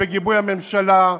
בגיבוי הממשלה,